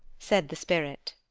said the spirit.